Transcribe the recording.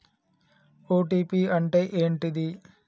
OTP అంటే ఏంటిది?